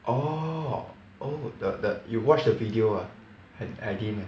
orh oh the the you watched the video ah I didn't eh